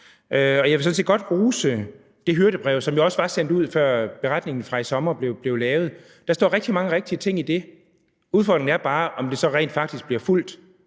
Og jeg vil sådan set godt rose det hyrdebrev, som jo også var blevet sendt ud, før beretningen fra i sommer blev lavet. Der står rigtig mange rigtige ting i det – udfordringen er bare, om det så rent faktisk bliver fulgt,